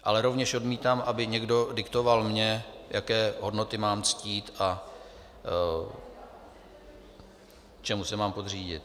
Ale rovněž odmítám, aby někdo diktoval mně, jaké hodnoty mám ctít a čemu se mám podřídit.